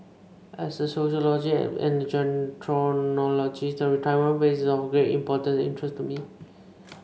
as a sociologist and a gerontologist the retirement phase is of great importance and interest to me